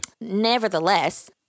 nevertheless